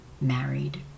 married